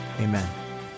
amen